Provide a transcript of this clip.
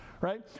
right